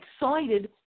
excited